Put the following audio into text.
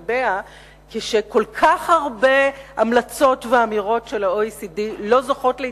כשכל כך הרבה המלצות ואמירות של הארגון לא זוכות להתייחסות,